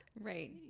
Right